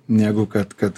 negu kad kad